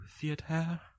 theater